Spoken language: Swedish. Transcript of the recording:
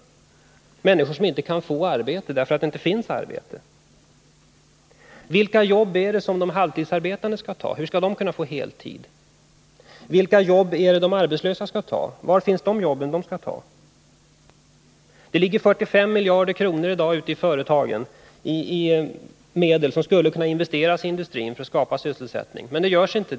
Det gäller människor som inte kan få arbete därför att det inte finns något sådant. Vilka jobb skall de halvtidsarbetande ta? Hur skall de kunna få heltid? Vilka jobb skall de arbetslösa ta? Var finns de jobben? Det ligger i dag 45 miljarder kronor ute i företagen, medel som skulle kunna investeras i industrin för att skapa sysselsättning, men detta görs inte.